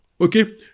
Okay